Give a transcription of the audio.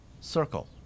circle